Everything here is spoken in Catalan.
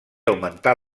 augmentar